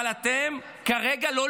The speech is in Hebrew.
אבל כרגע אתם לא לגיטימיים.